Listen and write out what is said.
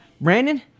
Brandon